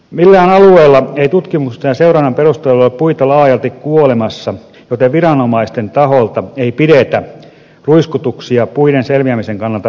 millään alueella ei tutkimusten ja seurannan perusteella ole puita laajalti kuolemassa joten viranomaisten taholta ei pidetä ruiskutuksia puiden selviämisen kannalta välttämättöminä